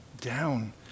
down